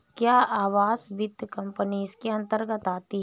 क्या आवास वित्त कंपनी इसके अन्तर्गत आती है?